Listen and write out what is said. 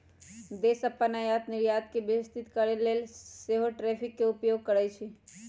देश अप्पन आयात निर्यात के व्यवस्थित करके लेल सेहो टैरिफ के उपयोग करइ छइ